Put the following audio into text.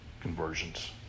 conversions